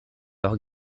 leur